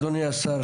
אדוני השר,